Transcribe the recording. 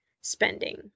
spending